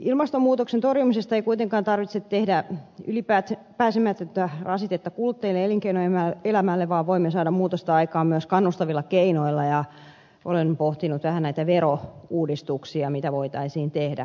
ilmastonmuutoksen torjumisesta ei kuitenkaan tarvitse tehdä ylipääsemätöntä rasitetta kuluttajille ja elinkeinoelämälle vaan voimme saada muutosta aikaan myös kannustavilla keinoilla ja olen pohtinut vähän näitä verouudistuksia mitä voitaisiin tehdä